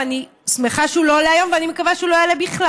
ואני שמחה שהוא לא עולה היום ואני מקווה שהוא לא יעלה בכלל,